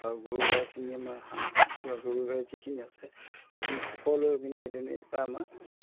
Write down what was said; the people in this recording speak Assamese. আৰু গৰু গাইখিনি আমাৰ হাঁহ কুকুৰা গৰু গাই যিখিনি আছে সেইখিনি সকলোৱে ভেটেনেৰী পৰা আমাৰ